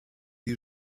you